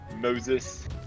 Moses